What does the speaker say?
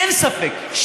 אין ספק,